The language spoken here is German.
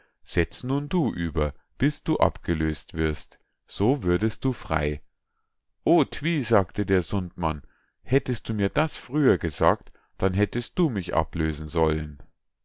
setz nun du über bis du abgelös't wirst so würdest du frei o twi sagte der sundmann hättest du mir das früher gesagt dann hättest du mich ablösen sollen